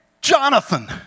Jonathan